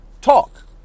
talk